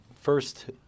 first